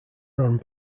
run